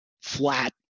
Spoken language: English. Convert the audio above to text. flat